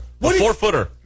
four-footer